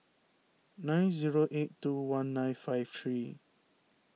nine zero eight two one nine five three